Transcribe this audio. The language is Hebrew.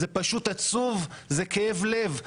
זה פשוט עצוב, זה כאב לב.